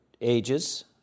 ages